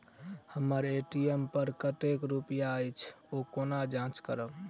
हम्मर ए.टी.एम पर कतेक रुपया अछि, ओ कोना जाँच करबै?